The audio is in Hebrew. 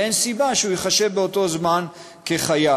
ואין סיבה שהוא ייחשב באותו זמן לחייל.